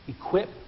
equip